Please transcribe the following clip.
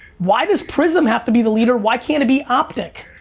why does prizm have to be the leader? why can't it be optic?